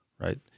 right